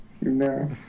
No